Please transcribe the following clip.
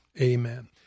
Amen